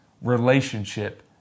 relationship